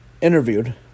interviewed